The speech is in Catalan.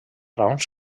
raons